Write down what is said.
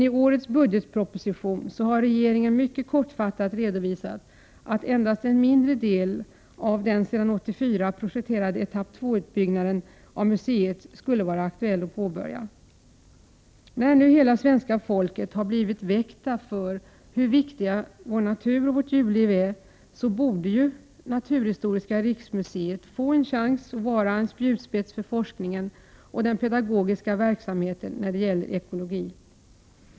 IT årets budgetproposition redovisar regeringen mycket kortfattat att det är aktuellt att påbörja den sedan 1984 projekterade etapp 2-utbyggnaden, men då endast i ringa omfattning. När nu hela svenska folket har väckts och man har insett hur viktiga vår natur och vårt djurliv är, borde Naturhistoriska riksmuseet få en chans att vara en spjutspets för forskningen och den pedagogiska verksamheten när det gäller ekologi.